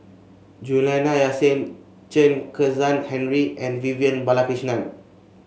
Juliana Yasin Chen Kezhan Henri and Vivian Balakrishnan